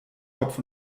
kopf